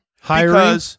Hiring